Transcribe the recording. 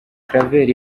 claver